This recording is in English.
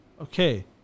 Okay